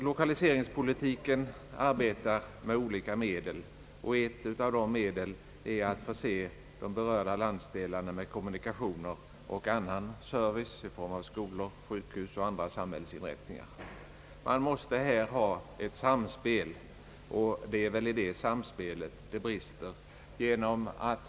Lokaliseringspolitiken arbetar med olika medel, och ett av dessa medel är att förse de berörda landsdelarna med kommunikationer och annan service i fråga om skolor, sjukhus och andra samhällsinrättningar. Man måste här ha ett samspel, och det är däri det brister.